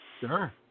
Sure